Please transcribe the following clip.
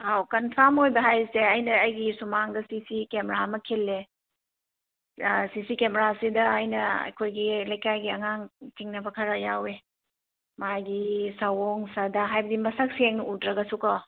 ꯑꯥꯎ ꯀꯟꯐꯥꯔꯝ ꯑꯣꯏꯕ ꯍꯥꯏꯁꯦ ꯑꯩꯅ ꯑꯩꯒꯤ ꯁꯨꯃꯥꯡꯗ ꯁꯤ ꯁꯤ ꯀꯦꯃꯦꯔꯥ ꯑꯃ ꯈꯤꯜꯂꯦ ꯁꯤ ꯁꯤ ꯀꯦꯃꯦꯔꯥꯁꯤꯗ ꯑꯩꯅ ꯑꯩꯈꯣꯏꯒꯤ ꯂꯩꯀꯥꯏꯒꯤ ꯑꯉꯥꯡ ꯆꯤꯡꯅꯕ ꯈꯔ ꯌꯥꯎꯑꯦ ꯃꯥꯒꯤ ꯁꯑꯣꯡ ꯁꯥꯗꯥ ꯍꯥꯏꯕꯗꯤ ꯃꯁꯛ ꯁꯦꯡꯅ ꯎꯗ꯭ꯔꯒꯁꯨ ꯀꯣ